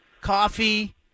coffee